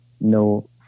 no